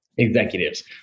executives